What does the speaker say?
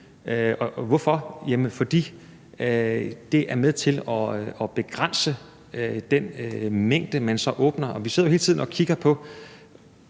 hvorfor? Fordi det er med til at begrænse den mængde, man så åbner for. Vi sidder jo hele tiden og kigger på